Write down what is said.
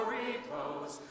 repose